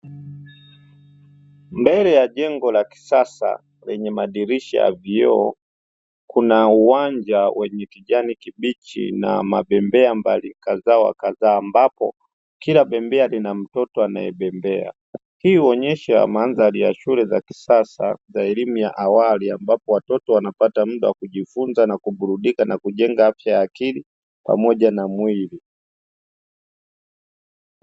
Mbele ya jengo la kisasa, lenye madirisha ya vioo. Kuna uwanja wenye kijani kibichi na mabembea mbalimbali kadha wa kadha, ambapo kila bembea lina mtoto anayebembea. Hii inaonyesha mandhari ya shule za kisasa za elimu ya awali, ambapo watoto hupata muda wa kujifunza na kuburudika na kujenga afya ya akili pamoja na mwili.